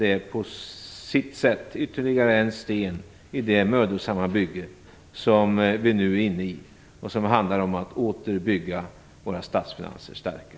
Det är på sitt sätt ytterligare en sten i det mödosamma bygge som vi nu är inne i och som handlar om att åter bygga våra statsfinanser starka.